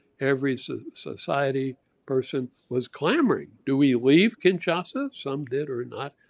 every society person was clamoring, do we leave kinshasa? some did or not?